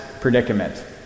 predicament